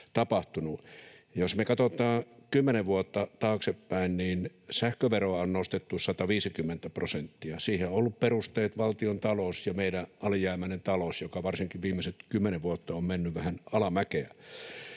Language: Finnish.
Jos me katsotaan kymmenen vuotta taaksepäin, niin sähköveroa on nostettu 150 prosenttia. Siihen on ollut peruste valtiontalous, meidän alijäämäinen talous, joka varsinkin viimeiset kymmenen vuotta on mennyt vähän alamäkeä.